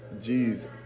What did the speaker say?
Jeez